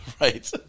right